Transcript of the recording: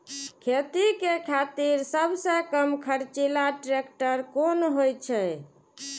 खेती के खातिर सबसे कम खर्चीला ट्रेक्टर कोन होई छै?